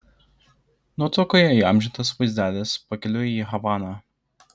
nuotraukoje įamžintas vaizdelis pakeliui į havaną